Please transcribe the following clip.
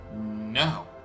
No